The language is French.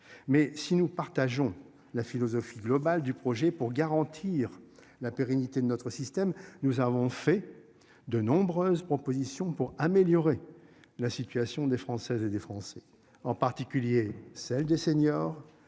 Mais si nous partageons la philosophie globale du projet pour garantir la pérennité de notre système, nous avons fait de nombreuses propositions pour améliorer la situation des Françaises et des Français, en particulier celle des seniors,